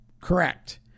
correct